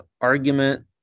argument